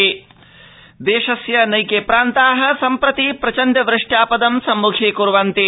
वृष्टिः देशस्य नैके प्रान्ताः सम्प्रति प्रचण्ड वृष्टयापदं सम्मुखीकुर्वन्ति